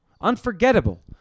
Unforgettable